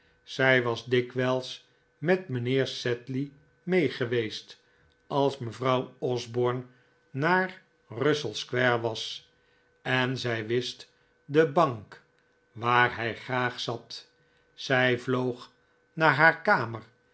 zij was dikwijls met mijnheer sedley mee geweest als mevrouw osborne naar russell square was en zij wist de bank waar hij graag zat zij vloog naar haar kamer